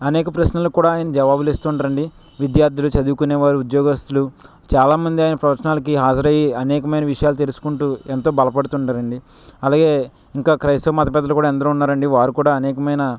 అనేక ప్రశ్నలు కూడా ఆయన జవాబులు ఇస్తుంటారు అండి విద్యార్థులు చదువుకునే వారు ఉద్యోగస్తులు చాలామంది ఆయన ప్రవచనాలకి హాజరై అనేకమైన విషయాలు తెలుసుకుంటూ ఎంతో బలపడుతుంటారండి అలాగే ఇంకా క్రైస్తవ మత పెద్దలు కూడా ఎందరో ఉన్నారండి వారు కూడా అనేకమైన